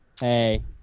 Hey